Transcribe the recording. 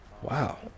wow